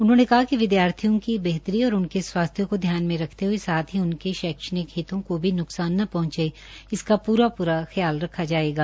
उन्होंने कहा कि विदयार्थियों की बेहतरी और उनके स्वास्थ्य को ध्यान में रखते हये साथ ही उनके शैक्षणिक हितों को भी नुकसान न पहुंचे इसका पूरा पूरा ख्याल रखा जायेगा